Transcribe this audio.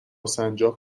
سنجاق